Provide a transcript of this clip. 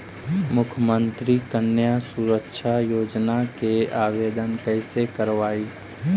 मुख्यमंत्री कन्या सुरक्षा योजना के आवेदन कैसे करबइ?